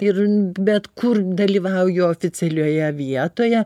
ir bet kur dalyvauju oficialioje vietoje